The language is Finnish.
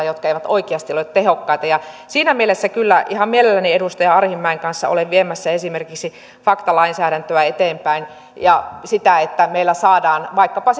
jotka eivät oikeasti ole tehokkaita siinä mielessä kyllä ihan mielelläni edustaja arhinmäen kanssa olen viemässä esimerkiksi faktalainsäädäntöä eteenpäin ja sitä että meillä saadaan vaikkapa